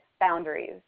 boundaries